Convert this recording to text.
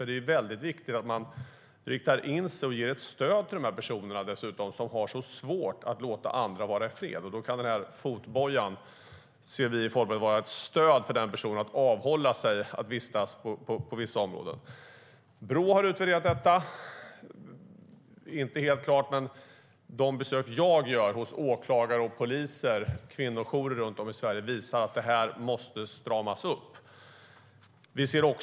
Det är viktigt att man riktar in sig på och dessutom ger ett stöd till de personer som har svårt att låta andra vara i fred. Vi i Folkpartiet ser fotbojan som ett stöd för personen att avhålla sig från att vistas på vissa områden.Brå har utvärderat detta; det är inte helt klart. Men de besök som jag gör hos åklagare, poliser och kvinnojourer runt om i Sverige visar att det måste stramas upp.